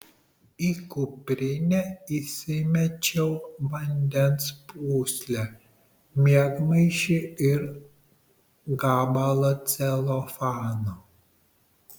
į kuprinę įsimečiau vandens pūslę miegmaišį ir gabalą celofano